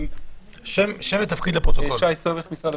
הם פוגעים